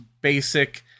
basic